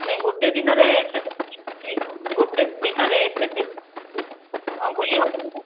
ନାଇଁ ଗୋଟେ ଦିନରେ ଏତେ ଗୋଟେ ଦିନରେ ଏତେ ତୀର୍ଥ ବୁଲିହେବନି ତ